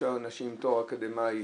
נשים עם תואר אקדמי,